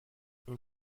une